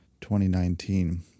2019